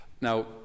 now